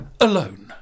Alone